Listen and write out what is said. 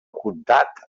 comtat